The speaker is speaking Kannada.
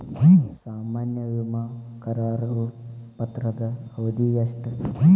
ಸಾಮಾನ್ಯ ವಿಮಾ ಕರಾರು ಪತ್ರದ ಅವಧಿ ಎಷ್ಟ?